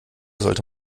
sollte